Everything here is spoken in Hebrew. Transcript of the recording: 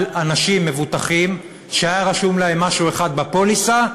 אנשים מבוטחים שהיה רשום להם משהו אחד בפוליסה,